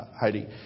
Heidi